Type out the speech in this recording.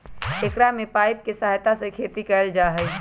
एकरा में पाइप के सहायता से खेती कइल जाहई